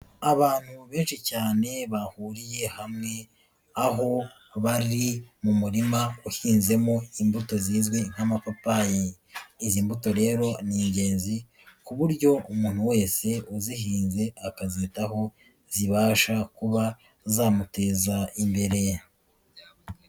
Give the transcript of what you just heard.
Abantu benshi cyane bahuriye hamwe, aho bari mu murima uhinzemo imbuto zizwi nk'amapapayi, izi mbuto rero ni ingenzi ku buryo umuntu wese uzihinze akazitaho zibasha kuba zamuteza imbere.